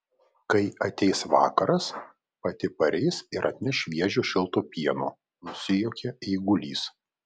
kai ateis vakaras pati pareis ir atneš šviežio šilto pieno nusijuokė eigulys